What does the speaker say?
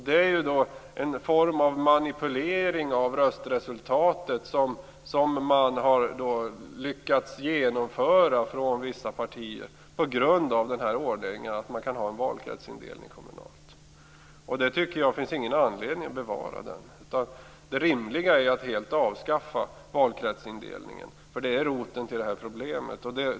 Det är en form av manipulering av röstresultat som man har lyckats genomföra från vissa partiers sida på grund av den här ordningen att man kan ha en kommunal valkretsindelning. Jag tycker inte att det finns någon anledning att bevara detta. Det rimliga är att helt avskaffa valkretsindelningen, för det är roten till det här systemet.